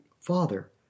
father